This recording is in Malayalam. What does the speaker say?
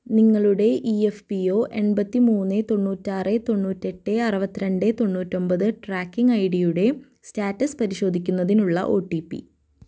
നിങ്ങളുടെ ഇ എഫ് പി ഒ എൺപത്തി മൂന്ന് തൊണ്ണൂറ്റാറ് തൊണ്ണൂറ്റെട്ട് അറുപത്തിരണ്ട് തൊണ്ണൂറ്റൊമ്പത് ട്രാക്കിംഗ് ഐ ഡിയുടെ സ്റ്റാറ്റസ് പരിശോധിക്കുന്നതിനുള്ള ഒ ടി പി